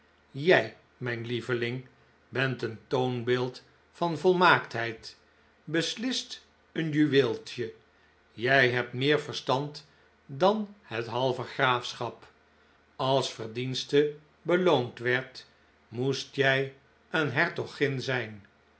jij mijn lieveling bent een toonbeeld van volmaaktheid beslist een juweeltje jij hebt meer verstand dan het halve graafschap als verdienste beloond werd moest jij een hertogin zijn